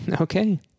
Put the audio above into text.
Okay